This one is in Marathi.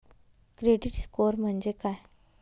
क्रेडिट स्कोअर म्हणजे काय?